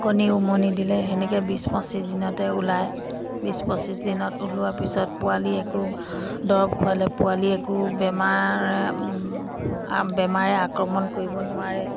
কণী উমনি দিলে সেনেকে বিছ পঁচিচ দিনতে ওলাই বিছ পঁচিছ দিনত ওলোৱাৰ পিছত পোৱালি একো দৰৱ খোৱালে পোৱালি একো বেমাৰ বেমাৰে আক্ৰমণ কৰিব নোৱাৰে